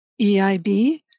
EIB